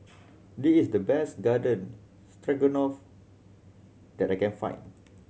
this is the best Garden Stroganoff that I can find